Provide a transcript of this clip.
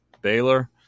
Baylor